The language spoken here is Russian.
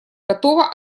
готово